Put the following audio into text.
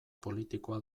politikoa